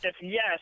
yes